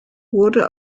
wurde